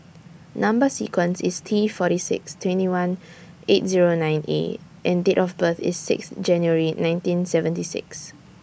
Number sequence IS T forty six twenty one eight Zero nine A and Date of birth IS six January nineteen seventy six